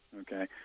okay